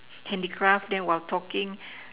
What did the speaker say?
handicraft then while talking